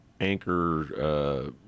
anchor